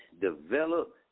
Develop